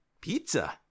Pizza